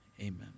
amen